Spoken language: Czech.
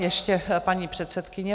Ještě paní předsedkyně.